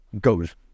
goes